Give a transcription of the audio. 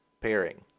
pairing